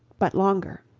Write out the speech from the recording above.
but longer.